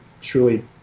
truly